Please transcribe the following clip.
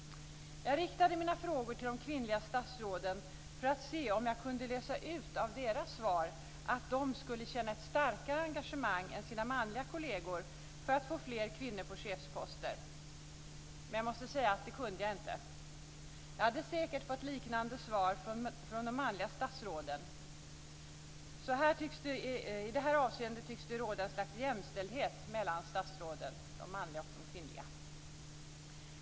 Jag riktade mina frågor till de kvinnliga statsråden för att se om jag av deras svar kunde läsa ut att de skulle känna ett starkare engagemang än sina manliga kolleger för att få fler kvinnor på chefsposter, men jag måste säga att jag inte kunde det. Jag hade säkert fått liknande svar från de manliga statsråden. I det här avseendet tycks det alltså råda ett slags jämställdhet mellan de manliga och de kvinnliga statsråden.